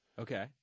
Okay